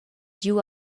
giu